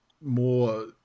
more